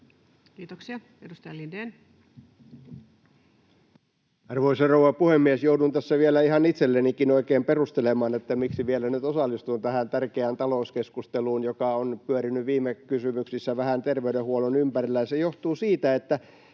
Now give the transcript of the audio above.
Time: 17:03 Content: Arvoisa rouva puhemies! Joudun tässä vielä ihan itsellenikin oikein perustelemaan, miksi vielä nyt osallistun tähän tärkeään talouskeskusteluun, joka on pyörinyt viime kysymyksissä vähän terveydenhuollon ympärillä. Se johtuu siitä, että